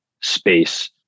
space